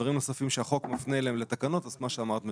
לדברים נוספים שהחוק מפנה לתקנות אז מה שאמרת מדויק,